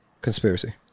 conspiracy